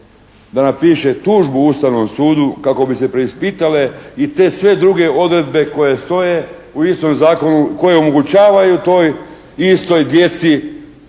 da napiše Ustavnom sudu kako bi se preispitale i te sve druge odredbe koje stoje u istom zakonu koje omogućavaju toj istoj djeci ili